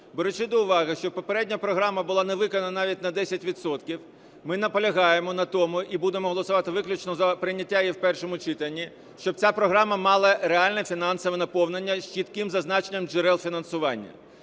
Беручи до увагу, що попередня програма була не виконана навіть на 10 відсотків, ми наполягаємо на тому і будемо голосувати виключно за прийняття її в першому читанні, щоб ця програма мала реальне фінансове наповнення з чітким зазначенням джерел фінансування.